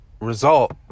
result